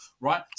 right